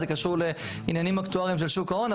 זה קשור לעניינים אקטואריים של שוק ההון,